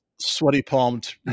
sweaty-palmed